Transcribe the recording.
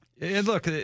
Look